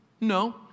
No